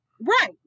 Right